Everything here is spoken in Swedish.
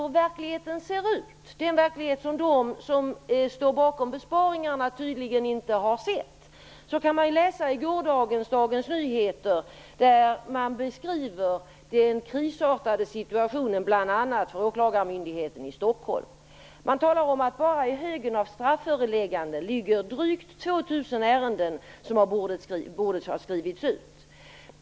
Hur verkligheten ser ut, den verklighet som de som står bakom besparingarna tydligen inte har sett, kan man läsa i gårdagens Dagens Nyheter. Där beskriver man den krisartade situationen bl.a. på åklagarmyndigheten i Stockholm. Man talar om att bara i högen av strafförelägganden ligger drygt 2 000 ärenden som borde ha skrivits ut.